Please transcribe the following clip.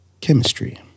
Chemistry